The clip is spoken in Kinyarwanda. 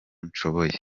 nshoboye